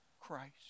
Christ